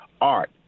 ART